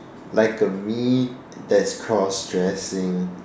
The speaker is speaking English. like a me that's cross dressing